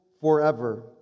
forever